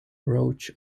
roach